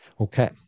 Okay